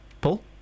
Paul